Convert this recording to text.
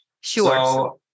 Sure